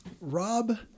Rob